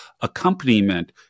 accompaniment